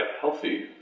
healthy